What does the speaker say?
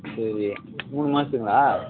சரி மூணு மாதத்துங்ளா